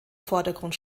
vordergrund